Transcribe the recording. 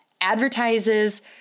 advertises